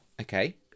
okay